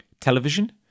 television